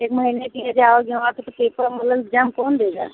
एक महीने के लिए जाओगी वहाँ पर तो पेपर मतलब इग्ज़ाम कौन देगा